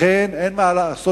לכן, אין מה לעשות.